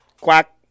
Quack